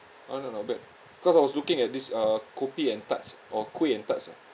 oh no not bad cause I was looking at this uh kopi and tarts or kuih and tarts ah